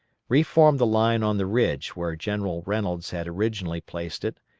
reformed the line on the ridge where general reynolds had originally placed it,